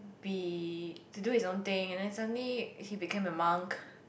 be to do his own thing and then suddenly he became a monk